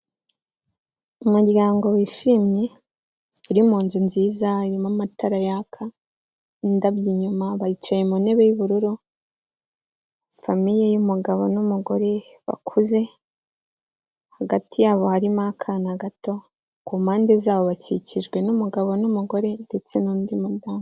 Umuryango wishimye uri munzu nziza, irimo amatara yaka n'indabyo inyuma, bacaye mu ntebe y'ubururu, famiye y'umugabo n'umugore bakuze, hagati yabo harimo akana gato, ku mpande zabo bakikijwe n'umugabo n'umugore ndetse n'undi mudamu.